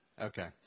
okay